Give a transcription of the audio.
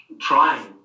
trying